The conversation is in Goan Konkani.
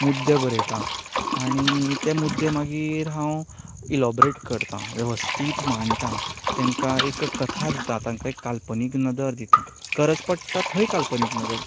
मुद्दे बरयतां आनी ते मुद्दे मागीर हांव इलेबोरेट करतां वेवस्थीत मांडटां तांकां एक कथा दिता तांकां एक काल्पनीक नदर दिता गरज पडटा थंय काल्पनीक नदर दिता